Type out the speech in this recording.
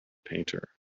painter